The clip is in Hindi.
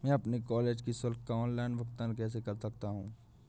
मैं अपने कॉलेज की शुल्क का ऑनलाइन भुगतान कैसे कर सकता हूँ?